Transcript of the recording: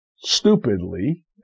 stupidly